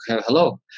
hello